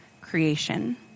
creation